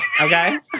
Okay